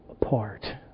apart